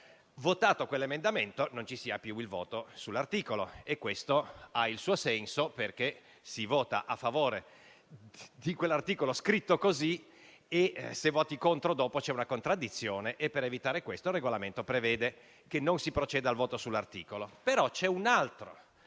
votato quell'emendamento non ci sia più il voto sull'articolo. Questo ha senso, perché si vota a favore di quell'articolo scritto così; se si vota contro c'è una contraddizione e, per evitare questo, il Regolamento prevede che non si proceda al voto sull'articolo.